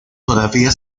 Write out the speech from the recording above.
todavía